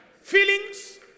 feelings